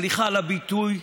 סליחה על הביטוי,